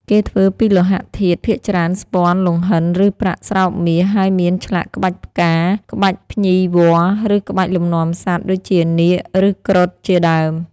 គេធ្វើពីលោហៈធាតុ ភាគច្រើនស្ពាន់ លង្ហិន ឬប្រាក់ស្រោបមាស ហើយមានឆ្លាក់ក្បាច់ផ្កា ក្បាច់ភ្ញីវល្លិ ឬក្បាច់លំនាំសត្វ ដូចជានាគ ឬគ្រុឌ ជាដើម។